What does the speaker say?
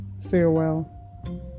farewell